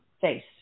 face